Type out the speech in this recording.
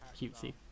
cutesy